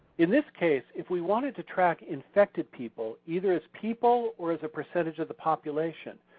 in this case if we wanted to track infected people either as people or as a percentage of the population,